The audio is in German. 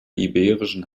iberischen